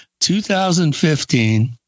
2015